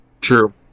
True